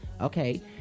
okay